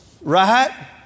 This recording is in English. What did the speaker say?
Right